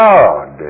God